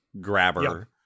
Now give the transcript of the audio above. grabber